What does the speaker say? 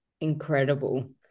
incredible